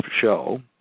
show